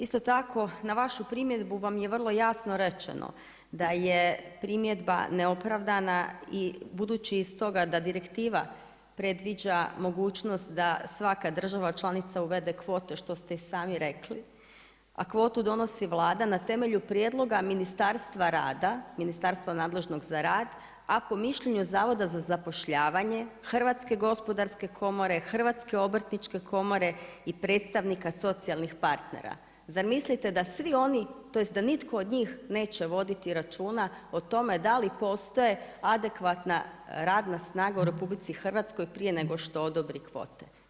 Isto tako na vašu primjedbu vam je vrlo jasno rečeno, da je primjedba neopravdana i budući iz toga da direktiva predviđa mogućnost, da svaka država članica, uvede kvotu, što ste i sami rekli, a kvotu donosi Vlada na temelju prijedloga Ministarstva rada, Ministarstva nadležnog za rad, ako mišljenju Zavoda za zapošljavanje, Hrvatske gospodarske komore, Hrvatske obrtničke komore, i predstavnika socijalnih partnera, zamislite da svi oni, tj. da nitko od njih neće voditi računa o tome da li postoje adekvatna radna snaga u RH, prije nego što odobri kvote.